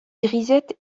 grisettes